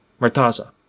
Murtaza